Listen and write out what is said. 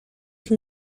can